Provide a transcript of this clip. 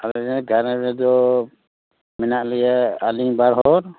ᱟᱹᱞᱤᱧᱟᱜ ᱜᱷᱟᱨᱚᱸᱡᱽ ᱨᱮᱫᱚ ᱢᱮᱱᱟᱜ ᱞᱮᱭᱟ ᱟᱹᱞᱤᱧ ᱵᱟᱨ ᱦᱚᱲ